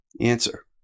Answer